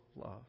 love